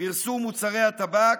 פרסום מוצרי הטבק,